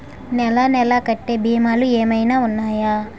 నెల నెల కట్టే భీమాలు ఏమైనా ఉన్నాయా?